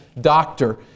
doctor